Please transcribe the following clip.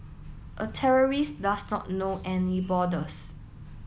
a terrorist does not know any borders